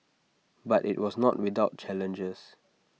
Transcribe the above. but IT was not without challenges